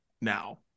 now